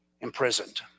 imprisoned